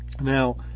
Now